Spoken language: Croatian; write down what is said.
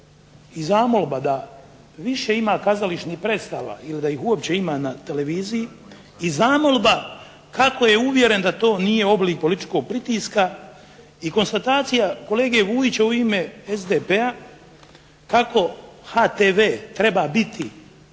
i zamolba da više ima kazališnih predstava ili da ih uopće ima na televiziji i zamolba kako je uvjeren da to nije oblik političkog pritiska i konstatacija kolege Vujića u ime SDP-a kako HTV treba biti